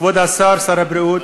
כבוד השר, שר הבריאות,